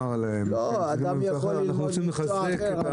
אדם יכול ללמוד מקצוע אחר,